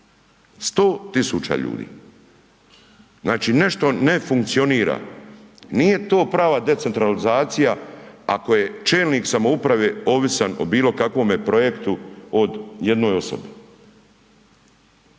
100 000 ljudi. Znači nešto ne funkcionira. Nije to prava decentralizacija ako je čelnik samouprave ovisan o bilokakvome projektu o jednoj osobi